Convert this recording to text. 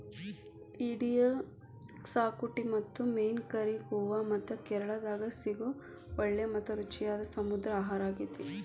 ಏಡಿಯ ಕ್ಸಾಕುಟಿ ಮತ್ತು ಮೇನ್ ಕರಿ ಗೋವಾ ಮತ್ತ ಕೇರಳಾದಾಗ ಸಿಗೋ ಒಳ್ಳೆ ಮತ್ತ ರುಚಿಯಾದ ಸಮುದ್ರ ಆಹಾರಾಗೇತಿ